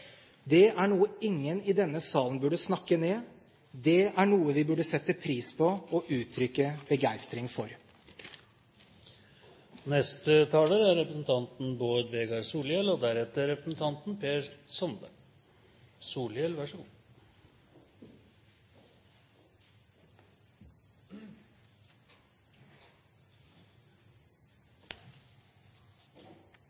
Det er noe ingen i denne salen burde snakke ned. Det er noe vi burde sette pris på og uttrykke begeistring for. Eg vil eigentleg berre få takke for debatten, eg òg, med tre korte poeng. Det første er at eg synest det tidvis har vore ein god og